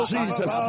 Jesus